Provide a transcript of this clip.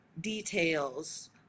details